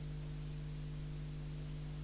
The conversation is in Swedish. Tack!